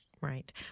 Right